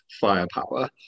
firepower